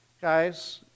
guys